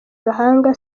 gahanga